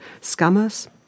scammers